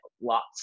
lots